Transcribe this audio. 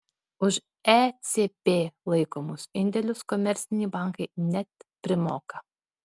už ecb laikomus indėlius komerciniai bankai net primoka